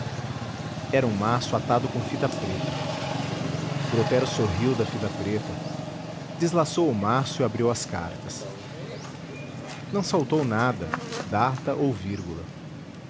era um maço atado com fita preta brotero sorriu da fita preta deslaçou o maço e abriu as cartas não saltou nada data ou vírgula